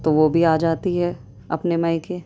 تو وہ بھی آ جاتی ہے اپنے مائکے